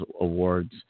awards